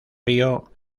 río